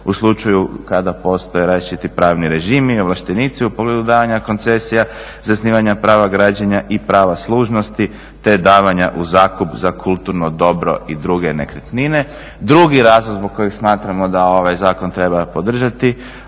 u slučaju kada postoje različiti pravni režimi i ovlaštenici u pogledu davanja koncesija, zasnivanja prava građenja i prava služnosti te davanja u zakup za kulturno dobro i druge nekretnine. Drugi razlog zbog kojeg smatramo da ovaj zakon treba podržati